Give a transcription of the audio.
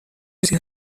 چیزی